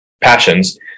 passions